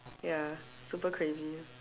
ya super crazy